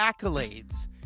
accolades